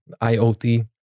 IoT